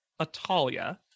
Atalia